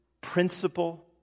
principle